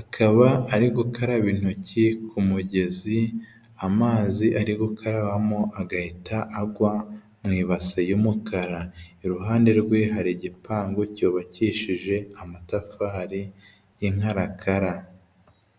akaba ari gukaraba intoki ku mugezi, amazi ari gukarabamo agahita agwa mu ibase y'umukara. Iruhande rwe hari igipangu cyubakishije amatafari y'inkarakara.